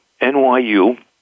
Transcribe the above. NYU